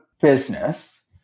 business